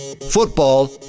Football